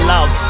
Love